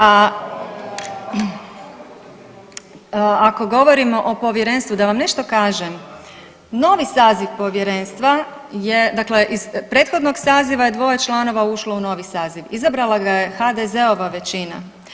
A ako govorimo o povjerenstvu da vam nešto kažem, novi saziv povjerenstva dakle iz prethodnog saziva je dvoje članova ušlo u novi saziv, izabrala ga je HDZ-ova većina.